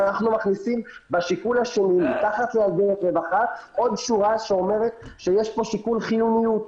אנחנו מכניסים בשיקול השני עוד שורה שאומרת שיש פה שיקול חיוניות.